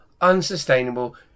unsustainable